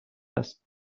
است